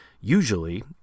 Usually